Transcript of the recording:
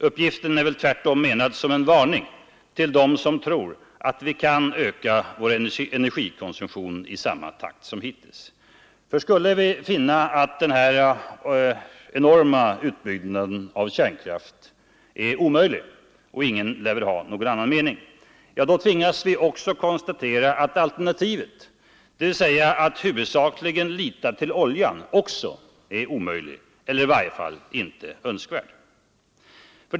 Uppgiften är tvärtom menad som en varning till dem som tror att vi kan öka vår energikonsumtion i samma takt som hittills. För skulle vi finna att denna enorma utbyggnad av kärnkraften är omöjlig — och ingen lär väl ha någon annan mening — då tvingas vi också konstatera att alternativet, dvs. att huvudsakligen lita till oljan, också är en omöjlig eller i varje fall icke önskvärd utväg.